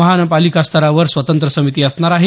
महानगरपालिकास्तरावर स्वतंत्र समिती असणार आहे